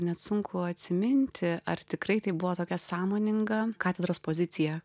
net sunku atsiminti ar tikrai tai buvo tokia sąmoninga katedros pozicija